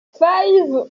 five